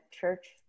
church